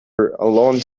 alone